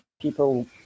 people